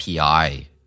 API